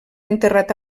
enterrat